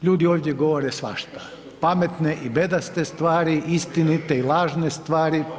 Ljudi ovdje govore svašta, pametne i bedaste stvari, istinite i lažne stvari.